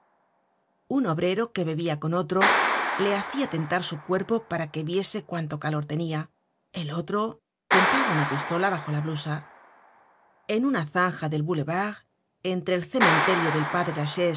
un obrero que bebia con otro le hacia tentar su cuerpo para que viese cuánto calor tenia el otro tentaba una pistola bajo la blusa en una zanja del boulevard entre el cementerio del padre